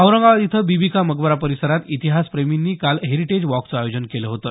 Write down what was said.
औरंगाबाद इथं बीबी का मकबरा परिसरात इतिहासप्रेमींनी काल हेरिटेज वॉकचं आयोजन केलं होतं